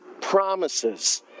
promises